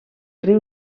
riu